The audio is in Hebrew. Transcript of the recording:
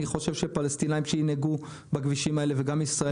אני חושב שפלסטינים שינהיגו בכבישים האלה וגם ישראלים